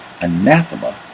anathema